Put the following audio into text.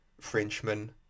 Frenchman